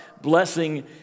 blessing